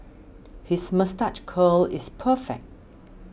his moustache curl is perfect